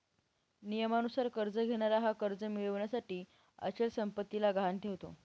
नियमानुसार कर्ज घेणारा हा कर्ज मिळविण्यासाठी अचल संपत्तीला गहाण ठेवतो